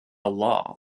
law